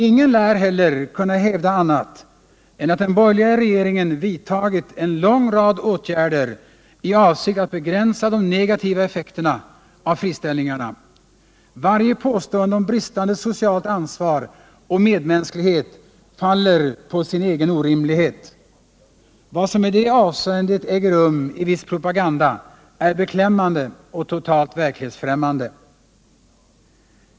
Ingen lär heller kunna hävda annat än att den borgerliga regeringen vidtagit en lång rad åtgärder i avsikt att begränsa de negativa effekterna av friställningarna. Varje påstående om bristande socialt ansvar och bristande medmänsklighet faller på sin egen orimlighet. Vad som i det avseendet äger rum i viss propaganda är beklämmande och totalt verklighetsfrämmande.